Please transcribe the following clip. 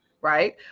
right